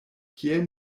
kiel